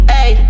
Hey